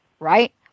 right